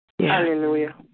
Hallelujah